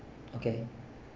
okay